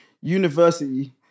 university